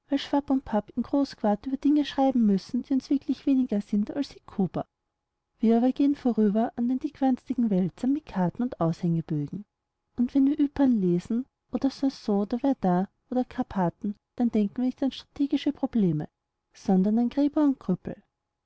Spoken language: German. und papp in großquart über dinge schreiben müssen die uns wirklich weniger sind als hekuba wir aber gehen vorüber an den dickwanstigen wälzern mit karten und aushängebogen und wenn wir ypern lesen und soissons und verdun und karpathen dann denken wir nicht an strategische probleme sondern an gräber und krüppel